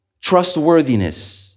Trustworthiness